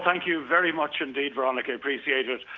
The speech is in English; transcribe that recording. like you very much indeed, veronica. appreciate it,